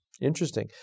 Interesting